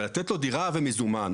ולתת לו דירה ומזומן,